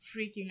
freaking